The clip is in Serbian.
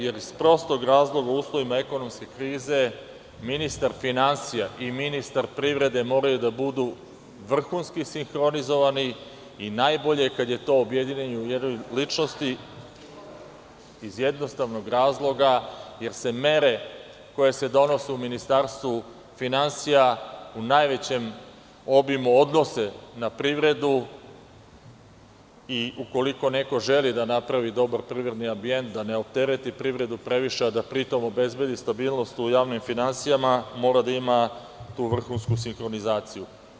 Jer, iz prostog razloga, u uslovima ekonomske krize, ministar finansija i ministar privrede moraju da budu vrhunski sinhronizovani i najbolje kad je to objedinjeno u jednoj ličnosti, iz jednostavnog razloga jer se mere koje se donose u Ministarstvu finansija u najvećem obimu odnose na privredu i ukoliko neko želi da napravi dobar privredni ambijent, da ne optereti privredu previše a da pri tom obezbedi stabilnost u javnim finansijama, mora da ima tu vrhunsku sinhronizaciju.